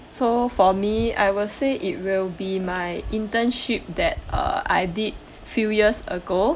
so for me I would say it will be my internship that uh I did few years ago